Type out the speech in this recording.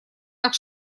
так